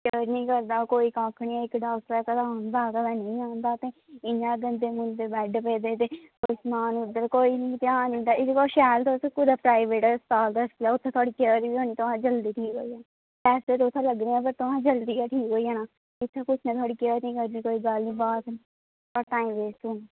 care निं करदा कक्ख निं आक्खदा कदें औंदा ते कदें नेईं औंदा ते इंया गंदे बैड पेदे ते समान दा इद्धर कोई ध्यान निं होंदा एह्दे कोला शैल कोई प्राईवेट अस्पताल दस्सो ते थुआढ़ी केयर बी होनी ते तुसें जल्दी ठीक होई जाना ते पैसे लग्गने ते जल्दी ठीक होऐ जाना ते उत्थें कोई केयर निं गल्ल बात निं छड़ा टाईम वेस्ट होना